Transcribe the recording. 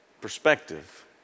Perspective